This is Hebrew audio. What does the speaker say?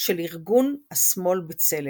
של ארגון השמאל "בצלם".